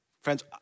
Friends